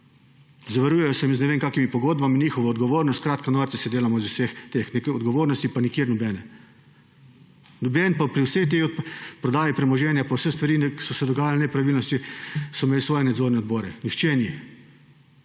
Zavaruje se z ne vem kakšnimi pogodbami njihova odgovornost. Skratka, norca se delamo iz vseh teh, odgovornosti pa nikjer nobene. Noben pa pri vsej tej prodaji premoženja pa pri vseh stvareh, ki so se dogajale, nepravilnostih, so imeli svoje nadzorne odbore. Nihče ni.